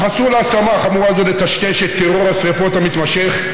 אך אסור להסלמה חמורה זו לטשטש את טרור השרפות המתמשך,